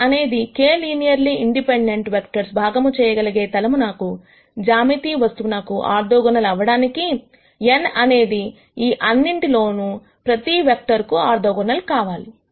n అనేది k linearly independent vectors భాగము చేయగలిగే తలమున కు జ్యామితి వస్తువునకు ఆర్థోగోనల్ అవ్వడానికి N అనేది ఈ అన్నింటిలో ప్రతి వెక్టర్ కు ఆర్థోగోనల్కావాలి